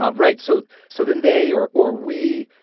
ah right. so so then they, or or we,